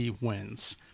wins